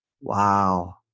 Wow